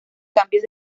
cambios